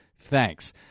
Thanks